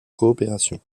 coopération